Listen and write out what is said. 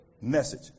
message